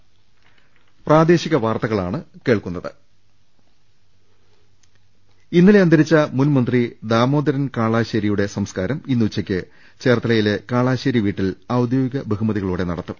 രദേഷ്ടെടു ഇന്നലെ അന്തരിച്ച മുൻ മന്ത്രി ദാമോദരൻ കാളാശേരിയുടെ സംസ്കാരം ഇന്നുച്ചയ്ക്ക് ചേർത്തലയിലെ കാളാശേരി വീട്ടിൽ ഔദ്യോഗിക ബഹുമതി കളോടെ നടത്തും